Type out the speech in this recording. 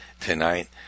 tonight